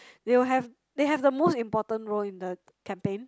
they will have they have the most important role in the campaign